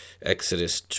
Exodus